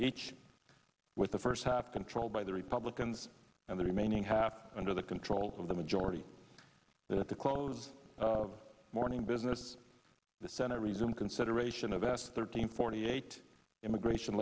each with the first half controlled by the republicans and the remaining half under the control of the majority that at the close of morning business the senate resumed consideration of s thirteen forty eight immigration